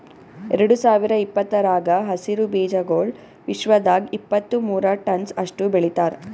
ಎರಡು ಸಾವಿರ ಇಪ್ಪತ್ತರಾಗ ಹಸಿರು ಬೀಜಾಗೋಳ್ ವಿಶ್ವದಾಗ್ ಇಪ್ಪತ್ತು ಮೂರ ಟನ್ಸ್ ಅಷ್ಟು ಬೆಳಿತಾರ್